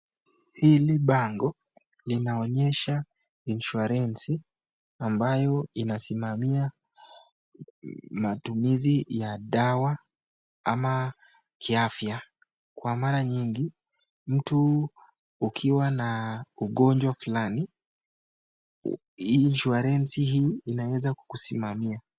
Hili bango, linaonyesha inshuarensi ambayo inasimamia matumizi ya dawa ama ki afya. Kwa mara nyingi, mtu ukiwa na ugonjwa fulani, inshuarensi hii inaweza kukusimamia.